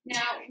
Now